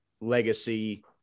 legacy